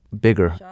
bigger